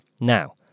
Now